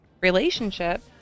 relationship